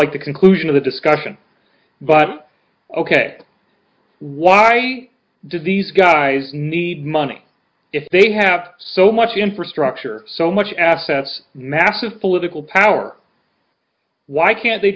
what the conclusion of the discussion but ok why do these guys need money if they have so much infrastructure so much assets massive political power why can't they